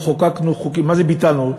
מה זה ביטלנו?